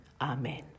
amen